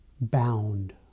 bound